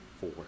four